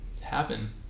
happen